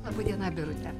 laba diena birute